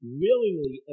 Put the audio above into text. willingly